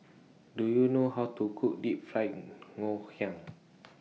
Do YOU know How to Cook Deep Fried Ngoh Hiang